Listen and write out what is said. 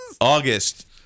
August